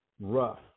rough